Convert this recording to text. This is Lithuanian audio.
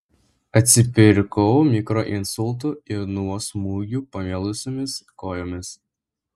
atsipirkau mikroinsultu ir nuo smūgių pamėlusiomis kojomis